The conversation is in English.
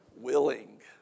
willing